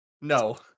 No